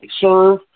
serve